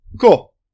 Cool